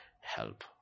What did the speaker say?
help